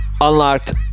unlocked